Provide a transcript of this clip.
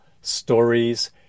stories